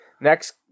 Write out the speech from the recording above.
Next